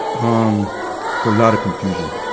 um it's a lot of confusion.